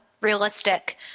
realistic